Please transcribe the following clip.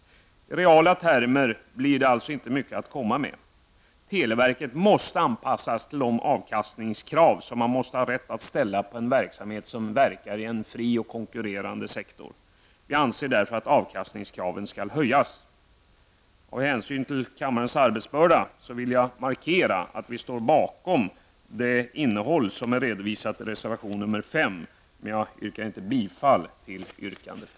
I reala termer blir det alltså inte mycket att komma med. Televerket måste anpassas till de avkastningskrav som man måste ha rätt att ställa på en verksamhet som verkar i en fri och konkurrensutsatt sektor. Jag anser därför att avkastningskravet skall höjas. Jag vill markera att folkpartiet står bakom det som redovisas i reservation nr 5, men av hänsyn till kammarens arbetsbörda yrkar jag inte bifall till reservationen.